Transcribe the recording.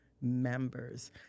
members